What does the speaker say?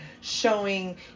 showing